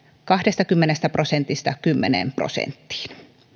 kahdestakymmenestä prosentista kymmeneen prosenttiin